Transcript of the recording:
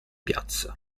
piazza